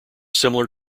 similar